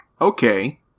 okay